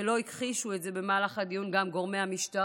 ולא הכחישו את זה במהלך הדיון גם גורמי המשטרה,